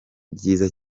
byiza